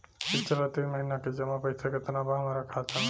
पिछला तीन महीना के जमा पैसा केतना बा हमरा खाता मे?